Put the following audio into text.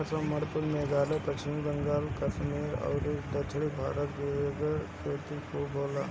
आसाम, मणिपुर, मेघालय, पश्चिम बंगाल, कश्मीर अउरी दक्षिण भारत में एकर खेती खूब होला